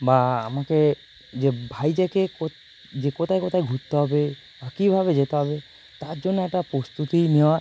বা আমাকে যে ভাইজ্যাগে কোত যে কোথায় কোথায় ঘুরতে হবে বা কীভাবে যেতে হবে তার জন্য একটা প্রস্তুতি নেওয়া